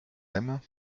aiment